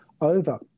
over